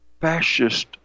fascist